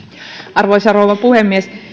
arvoisa rouva puhemies